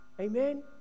amen